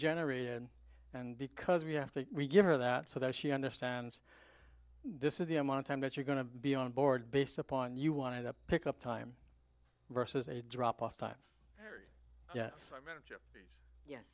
generated and because we have to give her that so that she understands this is the amount of time that you're going to be on board based upon you want to pick up time versus a drop off time yes yes